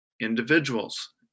individuals